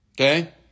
Okay